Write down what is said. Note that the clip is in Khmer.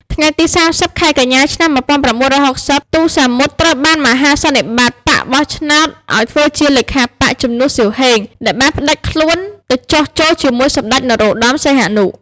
ថ្ងៃទី៣០ ខែកញ្ញា ឆ្នាំ១៩៦០ ទូ សាមុត ត្រូវបានមហាសន្និបាតបក្សបោះឆ្នោតឱ្យធ្វើជាលេខាបក្ស ជំនួស សៀវ ហេង ដែលបានផ្តាច់ខ្លួនទៅចុះចូលជាមួយសម្តេច នរោត្តម សីហនុ។